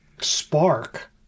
spark